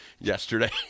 yesterday